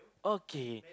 okay